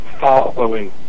following